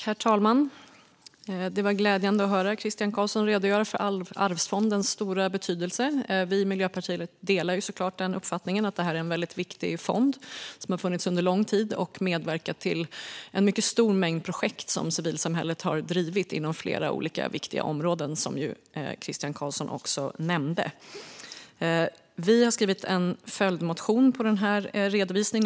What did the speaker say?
Herr talman! Det var glädjande att höra Christian Carlsson redogöra för arvsfondens stora betydelse. Vi i Miljöpartiet delar såklart den uppfattningen. Det är en väldigt viktig fond som har funnits under lång tid och som har medverkat till en mycket stor mängd projekt som civilsamhället har drivit inom flera viktiga områden, som Christian Carlsson nämnde. Vi har skrivit en följdmotion med anledning av denna redovisning.